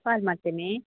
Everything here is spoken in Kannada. ಕಾಲ್ ಮಾಡ್ತೀನಿ